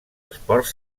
esports